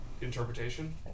interpretation